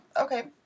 Okay